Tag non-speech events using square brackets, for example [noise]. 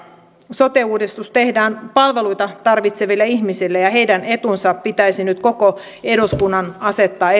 sote uudistus tehdään palveluita tarvitseville ihmisille ja heidän etunsa pitäisi nyt koko eduskunnan asettaa [unintelligible]